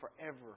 forever